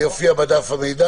זה יופיע בדף המידע.